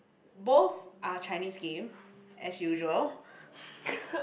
both are Chinese game as usual